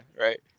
right